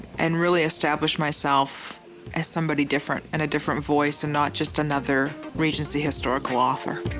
and really establish myself as somebody different, and a different voice and not just another regency historical author.